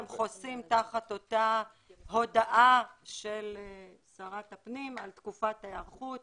הם חוסים תחת אותה הודעה של שרת הפנים על תקופת ההיערכות